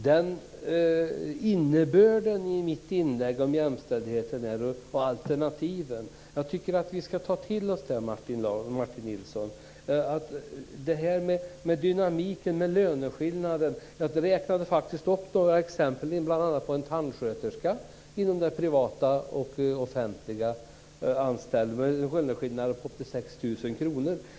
Herr talman! Innebörden i mitt inlägg om jämställdheten och alternativen, Martin Nilsson, var att vi ska ta till oss det här med dynamiken och löneskillnaderna. Jag räknade upp några exempel, bl.a. tandsköterskor med en löneskillnad på upp till 6 000 kr mellan privat och offentligt anställda.